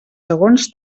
segons